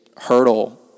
hurdle